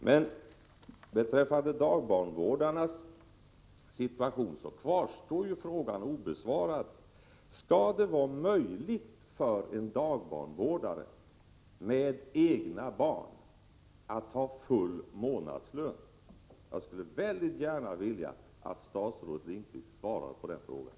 Men beträffande dagbarnvårdarnas situation kvarstår frågan obesvarad: Skall det vara möjligt för en dagbarnvårdare med egna barn att få full månadslön? Jag skulle väldigt gärna vilja att statsrådet Lindqvist svarade på den frågan.